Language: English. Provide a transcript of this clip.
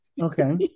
Okay